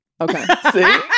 Okay